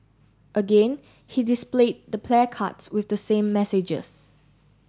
again he displayed the placards with the same messages